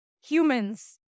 humans